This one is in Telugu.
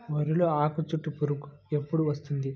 వరిలో ఆకుచుట్టు పురుగు ఎప్పుడు వస్తుంది?